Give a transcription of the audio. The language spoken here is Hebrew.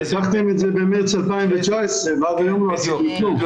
הבטחתם את זה במרץ 2019 ועד היום לא עשיתם כלום.